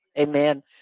Amen